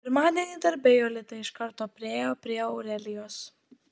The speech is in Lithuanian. pirmadienį darbe jolita iš karto priėjo prie aurelijos